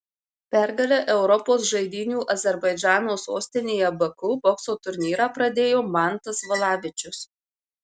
pergale europos žaidynių azerbaidžano sostinėje baku bokso turnyrą pradėjo mantas valavičius